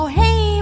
hey